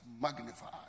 magnified